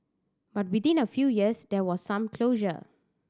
but within a few years there was some closure